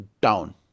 Down